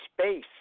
space